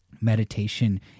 meditation